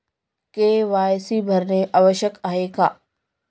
KYC भरणे आवश्यक आहे का?